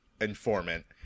informant